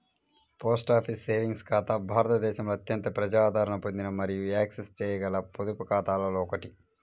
post office savings ఖాతా భారతదేశంలో అత్యంత ప్రజాదరణ పొందిన మరియు యాక్సెస్ చేయగల పొదుపు ఖాతాలలో ఒకటి